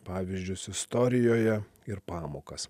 pavyzdžius istorijoje ir pamokas